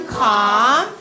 calm